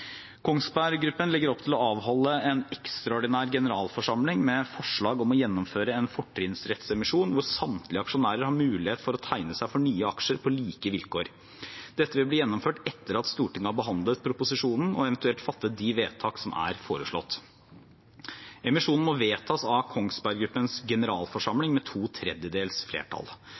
legger opp til å avholde en ekstraordinær generalforsamling med forslag om å gjennomføre fortrinnsrettsemisjon hvor samtlige aksjonærer har mulighet til å tegne seg for nye aksjer på like vilkår. Dette vil bli gjennomført etter at Stortinget har behandlet proposisjonen og eventuelt fattet de vedtak som er foreslått. Emisjonen må vedtas av Kongsberg Gruppens generalforsamling med to tredjedels flertall.